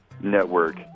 network